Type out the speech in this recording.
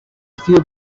few